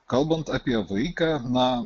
kalbant apie vaiką na